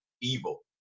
evil